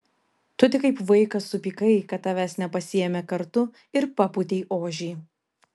tu tik kaip vaikas supykai kad tavęs nepasiėmė kartu ir papūtei ožį